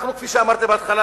כפי שאמרתי בהתחלה,